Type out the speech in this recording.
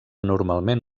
normalment